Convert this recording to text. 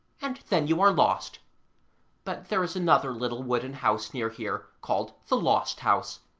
and then you are lost but there is another little wooden house near here, called the lost house,